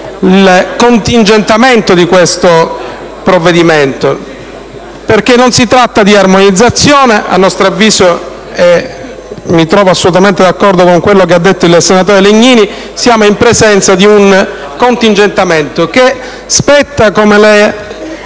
il contingentamento di questo provvedimento. Non si tratta di armonizzazione: a nostro avviso - mi trovo assolutamente d'accordo con quello che ha detto il senatore Legnini - siamo in presenza di un contingentamento, che spetta, come le